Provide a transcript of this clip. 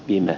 viime